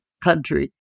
country